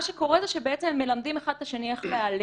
מה שקורה זה שבעצם הם מלמדים אחד את השני איך להיעלם.